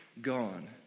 gone